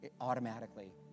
Automatically